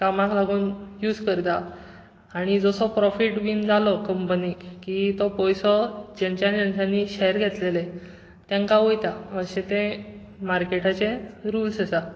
कामाक लागून यूज करता आनी जसो प्रोफीट बीन जालो कंपनीक की तो पयसो ज्यांच्या ज्यांच्यानी शॅर घेतलेले तेंका वयता अशें ते मार्केटाचे रुल्स आसात